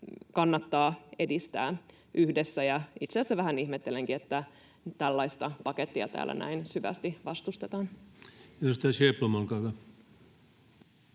kannattaa edistää yhdessä. Itse asiassa vähän ihmettelenkin, että tällaista pakettia täällä näin syvästi vastustetaan.